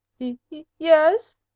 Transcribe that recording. yes.